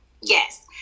Yes